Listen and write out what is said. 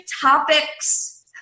topics